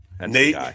Nate